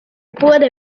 puede